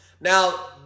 Now